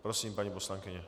Prosím, paní poslankyně.